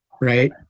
right